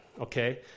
okay